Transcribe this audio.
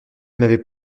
m’avait